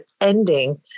ending